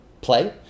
play